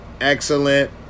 excellent